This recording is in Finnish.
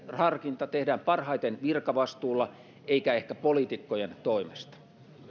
harkinta tehdään parhaiten virkavastuulla eikä ehkä poliitikkojen toimesta